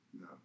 No